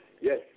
Yes